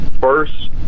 first